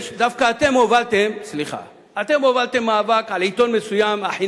דווקא אתם הובלתם מאבק על עיתון מסוים, החינמון,